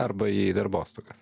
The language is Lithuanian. arba į darbostogas